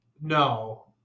No